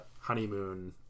honeymoon